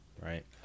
right